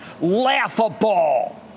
laughable